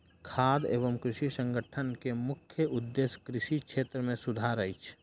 खाद्य एवं कृषि संगठन के मुख्य उदेश्य कृषि क्षेत्र मे सुधार अछि